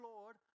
Lord